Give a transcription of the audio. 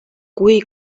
kui